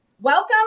Welcome